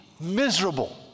miserable